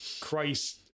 Christ